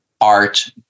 Art